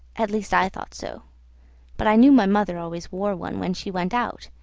at least i thought so but i knew my mother always wore one when she went out,